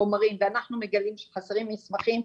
החומרים ואנחנו מגלים שחסרים מסמכים,